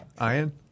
Ian